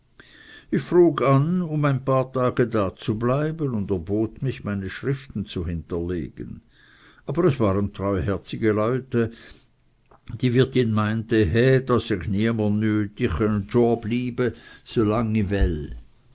ich frug an um ein paar tage dazubleiben und erbot mich meine schriften zu hinterlegen aber es waren treuherzige leute die wirtin meinte he do säg niemer nüt i